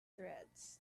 threads